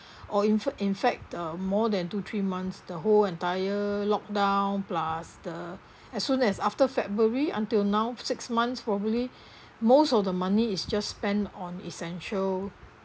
or in f~ in fact uh more than two three months the whole entire locked down plus the as soon as after february until now six months probably most of the money is just spent on essential